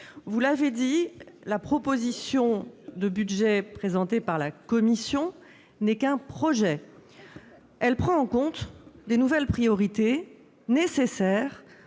vous l'avez dit, la proposition de budget présentée par la Commission n'est qu'un projet. Elle prend en compte les nouvelles priorités qui